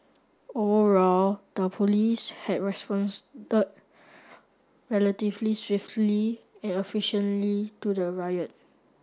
overall the police had responded relatively swiftly and efficiently to the riot